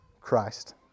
Christ